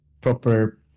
proper